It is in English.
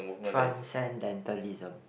transcendentalism